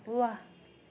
वाह